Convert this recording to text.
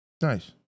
Nice